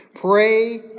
Pray